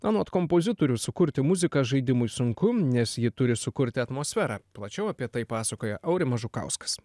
anot kompozitorių sukurti muziką žaidimui sunku nes ji turi sukurti atmosferą plačiau apie tai pasakoja aurimas žukauskas